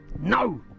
No